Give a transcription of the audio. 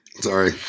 Sorry